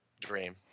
dream